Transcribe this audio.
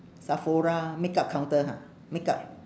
sephora makeup counter ha makeup